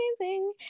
amazing